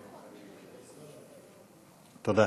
תודה.